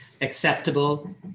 acceptable